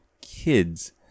kids